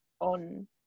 on